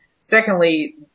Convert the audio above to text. Secondly